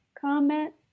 comment